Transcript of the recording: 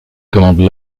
commande